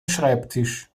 schreibtisch